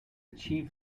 chief